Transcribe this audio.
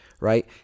Right